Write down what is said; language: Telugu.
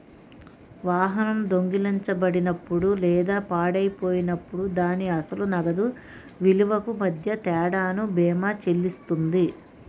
వాహనం దొంగిలించబడినప్పుడు లేదా పాడైపోయినప్పుడు దాని అసలు నగదు విలువకు మధ్య తేడాను బీమా చెల్లిస్తుంది